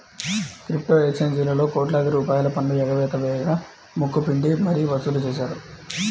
crypto ఎక్స్చేంజీలలో కోట్లాది రూపాయల పన్ను ఎగవేత వేయగా ముక్కు పిండి మరీ వసూలు చేశారు